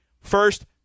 first